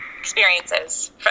experiences